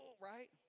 right